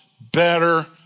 better